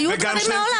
היו דברים מעולם.